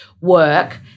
work